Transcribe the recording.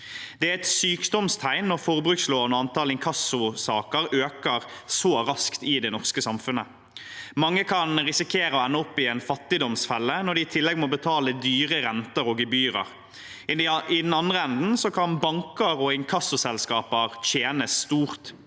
Det er et sykdomstegn når forbrukslån og antall inkassosaker øker så raskt i det norske samfunnet. Mange kan risikere å ende opp i en fattigdomsfelle når de i tillegg må betale dyre renter og gebyrer. I den andre enden kan banker og inkassoselskaper tjene stort.